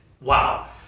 wow